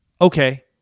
Okay